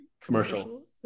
commercial